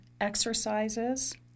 exercises